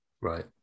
Right